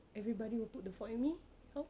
everybody will put the fault at me how